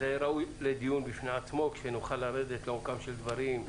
ראוי לדיון בפני עצמו כדי שנוכל לרדת לעומקם של דברים,